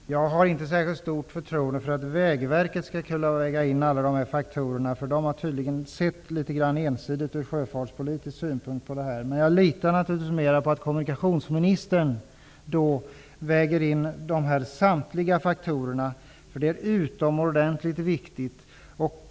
Herr talman! Jag har inte särskilt stort förtroende för att Vägverket skall kunna väga in alla dessa faktorer. På Vägverket har man sett på frågan litet ensidigt ur sjöfartspolitisk synpunkt. Men jag litar naturligtvis mera på att kommunikationsministern skall väga in samtliga faktorer. Det är utomordentligt viktigt.